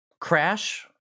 crash